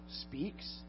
speaks